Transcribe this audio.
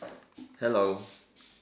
hello